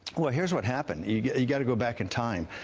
well here is what happened you got to go back in time.